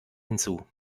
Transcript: hinzu